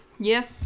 Yes